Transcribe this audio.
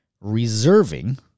reserving